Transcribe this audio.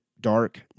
dark